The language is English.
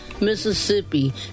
Mississippi